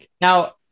now